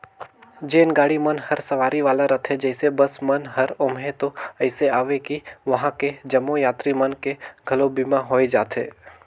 जेन गाड़ी मन हर सवारी वाला रथे जइसे बस मन हर ओम्हें तो अइसे अवे कि वंहा के जम्मो यातरी मन के घलो बीमा होय जाथे